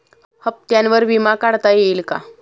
हप्त्यांवर विमा काढता येईल का?